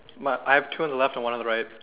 but I have two on the left and one on the right